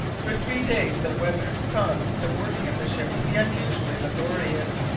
for three days the weather caused the working of the ship to be unusually laborious,